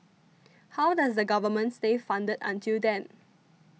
how does the Government stay funded until then